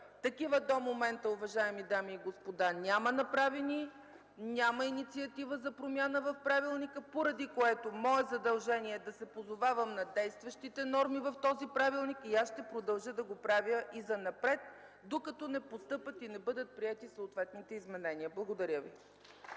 Такива до момента, уважаеми дами и господа, няма направени. Няма инициатива за промяна в правилника, поради което мое задължение е да се позовавам на действащите норми в този правилник. Аз ще продължа да го правя и занапред, докато не постъпят и не бъдат приети съответните изменения. Благодаря Ви.